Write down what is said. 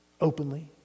openly